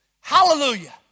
Hallelujah